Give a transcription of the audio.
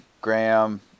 Graham